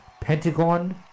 Pentagon